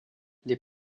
les